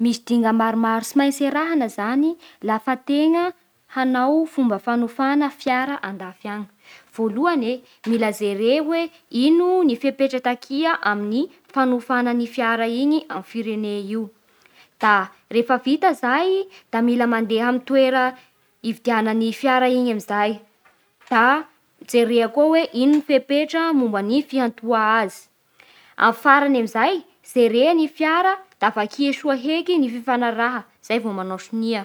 Misy dingana maromaro tsy maintsy arhina zany lafa tegna hanao fomba fanofana fiara andafy any. Voalohany e, mila jere hoe ino fepetra takia amin'ny fanofa ny fiara igny amy firene io. Da rehefa vita zay da maiala mandeha amin'ny toera ividiana ny fiara iny amin'izay da jereo koa hoe ino ny fepetra momba ny fihantoa azy. amin'ny farany amin'izay jerea ny fiara da vakia soa heky ny fifanaraha zay vo manao sonia.